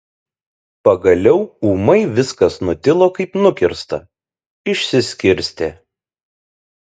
pagaliau ūmai viskas nutilo kaip nukirsta išsiskirstė